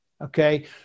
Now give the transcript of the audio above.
Okay